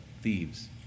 thieves